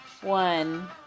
One